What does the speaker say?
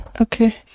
Okay